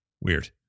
Weird